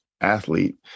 athlete